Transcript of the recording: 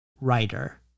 writer